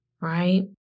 right